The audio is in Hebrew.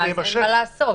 אז אין מה לעשות.